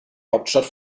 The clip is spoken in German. hauptstadt